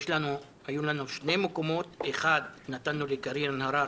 היו לנו שני מקומות אחד נתנו לקארין אלהרר,